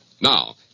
Now